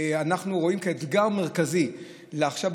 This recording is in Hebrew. אנחנו רואים כאתגר מרכזי לעכשיו,